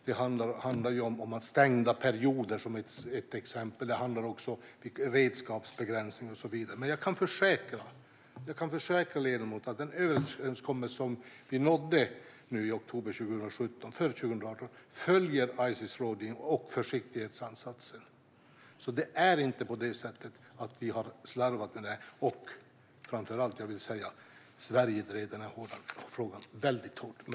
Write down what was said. Det handlar om stängda perioder som ett exempel. Det handlar också om redskapsbegränsning och så vidare. Jag kan dock försäkra ledamoten att den överenskommelse som vi nådde i oktober 2017 för 2018 följer Ices rådgivning och försiktighetsansatser. Vi har inte slarvat med detta, och framför allt vill jag säga att Sverige drev denna fråga väldigt hårt.